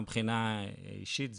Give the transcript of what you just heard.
גם מבחינה אישית זוגית,